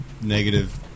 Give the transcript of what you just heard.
negative